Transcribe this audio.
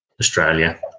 Australia